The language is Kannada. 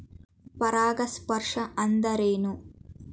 ಪರಾಗಸ್ಪರ್ಶ ಅಂದರೇನು?